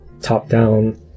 top-down